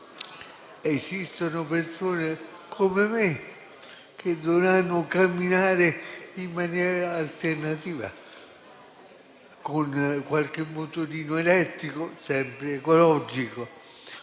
esistono persone, come me, che dovranno camminare in maniera alternativa: con un motorino elettrico, sempre ecologico;